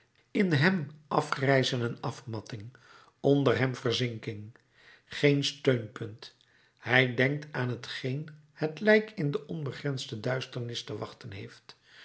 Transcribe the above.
in hem afgrijzen en afmatting onder hem verzinking geen steunpunt hij denkt aan t geen het lijk in de onbegrensde duisternis te wachten heeft